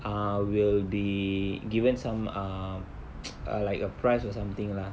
ah will be given some um err like a prize or something lah